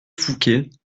fouquet